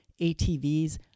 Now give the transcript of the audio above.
atvs